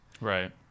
right